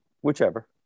Whichever